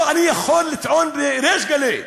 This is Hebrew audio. או אני יכול לטעון בריש גלי,